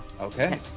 Okay